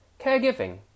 Caregiving